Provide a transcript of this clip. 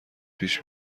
پیش